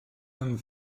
and